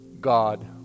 God